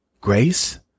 grace